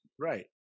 right